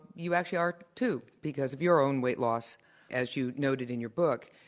you actually are too, because of your own weight loss as you noted in your book.